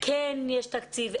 כן יש תקציב,